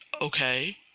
Okay